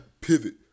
Pivot